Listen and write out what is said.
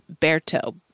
Berto